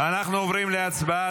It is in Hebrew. אנחנו עוברים להצבעה.